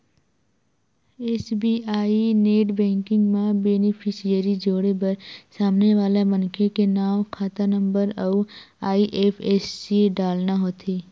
SBI net banking म beneficiary जोड़े बर सामने वाला मनखे के नांव, खाता नंबर अउ आई.एफ.एस.सी डालना होथे